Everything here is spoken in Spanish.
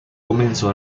comenzó